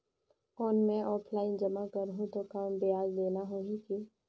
कौन मैं ऑफलाइन जमा करहूं तो कम ब्याज देना होही की?